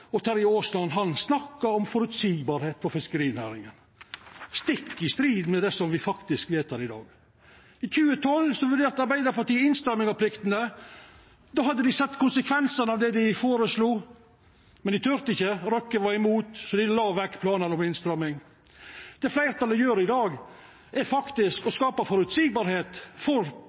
og Terje Aasland snakkar om føreseielegheit for fiskerinæringa. Det er stikk i strid med det som me faktisk vedtek i dag. I 2012 vurderte Arbeidarpartiet innstramming av pliktene. Då hadde dei sett konsekvensane av det dei føreslo. Men dei torde ikkje. Røkke var imot, så dei la vekk planane om innstramming. Det fleirtalet gjer i dag, er faktisk å skapa føreseielegheit for